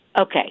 Okay